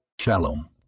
Shalom